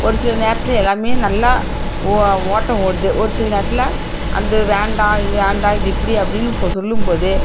ஒரு சில நேரத்தில் எல்லாமே நல்லா ஓட்டம் ஓடுது ஒரு சில நேரத்தில் அது வேண்டாம் இது வேண்டாம் இது இப்படி அப்படின்னு சொல்லும் போது